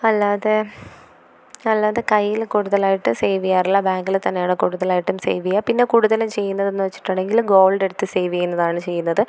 അല്ലാതെ അല്ലാതെ കയ്യിൽ കൂടുതലായിട്ട് സേവെയ്യാറില്ല ബാങ്കില് തന്നെയാണ് കൂടുതലായിട്ടും സേവെയാ പിന്നെ കൂടുതല് ചെയ്യുന്നതെന്നു വച്ചിട്ടുണ്ടെങ്കില് ഗോൾഡെടുത്ത് സെവെയ്യുന്നതാണ് ചെയ്യുന്നത്